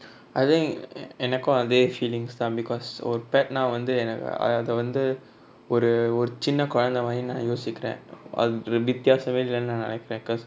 I think எனக்கு அதே:enaku athe feelings தா:tha because ஒரு:oru pet நா வந்து எனக்கு அதவந்து ஒரு ஒரு சின்ன கொழந்த மாரி நா யோசிக்குர அதுட வித்தியாசமே இல்லனு நா நெனைகுர:na vanthu enaku athavanthu oru oru sinna kolantha mari na yosikura athuda vithiyasame illanu na nenaikura because